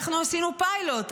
אנחנו עשינו פיילוט,